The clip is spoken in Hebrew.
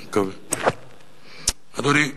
אדוני,